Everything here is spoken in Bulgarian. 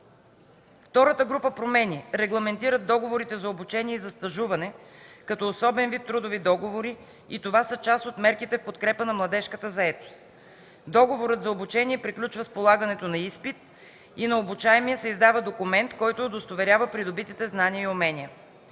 Втората група промени регламентират договорите за обучение и за стажуване като особен вид трудови договори и това са част от мерките в подкрепа на младежката заетост. Договорът за обучениe приключва с полагането на изпит и на обучаемия се издава документ, който удостоверява придобитите знания и умения.